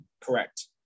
Correct